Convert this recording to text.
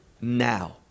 now